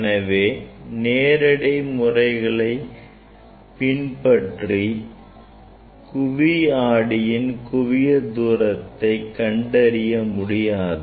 எனவே நேரடி முறைகளை பின்பற்றி குவிஆடியின் குவிய தூரத்தை கண்டறிய முடியாது